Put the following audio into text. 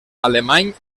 alemany